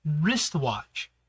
wristwatch